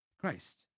Christ